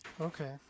Okay